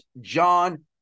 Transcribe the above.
John